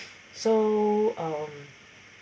so um